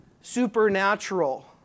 supernatural